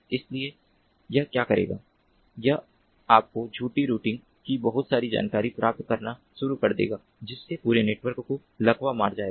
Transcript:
इसलिए यह क्या करेगा यह आपको झूठी रूटिंग की बहुत सारी जानकारी प्राप्त करना शुरू कर देगा जिससे पूरे नेटवर्क को लकवा मार जाएगा